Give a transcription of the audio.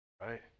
right